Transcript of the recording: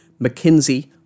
McKinsey